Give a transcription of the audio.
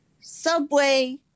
Subway